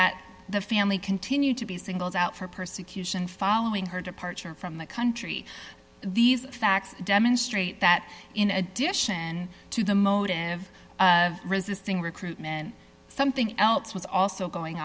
that the family continued to be singled out for persecution following her departure from the country these facts demonstrate that in addition to the motive of resisting recruitment something else was also going